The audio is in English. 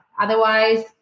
Otherwise